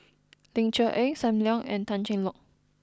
Ling Cher Eng Sam Leong and Tan Cheng Lock